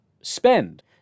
spend